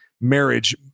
marriage